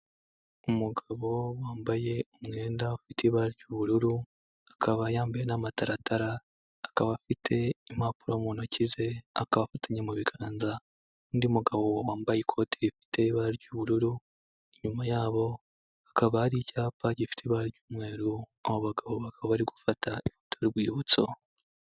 Umugabo wambaye umwenda ufite ibara ry'ubururu, akaba yambaye n'amataratara, akaba afite impapuro mu ntoki ze, akaba afatanya mu biganza n'undi mugabo wambaye ikoti rifite ibara ry'ubururu, inyuma yabo hakaba hari icyapa gifite ibara ry'umweru, abo bagabo bakaba bari gufata ifoto y'urwibutso.